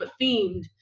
themed